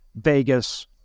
Vegas